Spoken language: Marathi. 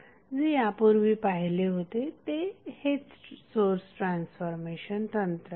जे यापूर्वी पाहिले होते ते हेच सोर्स ट्रान्सफॉर्मेशन तंत्र आहे